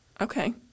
Okay